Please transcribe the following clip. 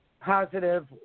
positive